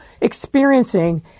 experiencing